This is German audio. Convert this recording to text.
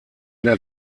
der